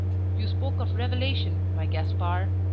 you spoke of revelation, my gaspar